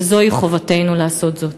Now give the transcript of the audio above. וזוהי חובתנו לעשות זאת.